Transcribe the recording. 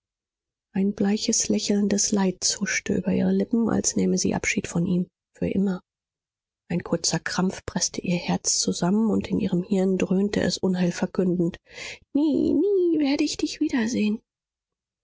ein bleiches lächeln des leids huschte über ihre lippen als nähme sie abschied von ihm für immer ein kurzer krampf preßte ihr herz zusammen und in ihrem hirn dröhnte es unheilverkündend nie nie werde ich dich wiedersehen